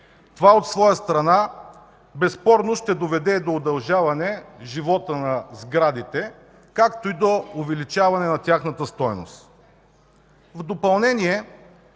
Това от своя страна безспорно ще доведе до удължаване живота на сградите, както и до увеличаване на тяхната стойност. В допълнение